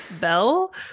Bell